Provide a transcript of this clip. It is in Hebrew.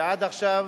שעד עכשיו